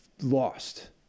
lost